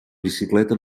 bicicleta